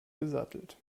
gesattelt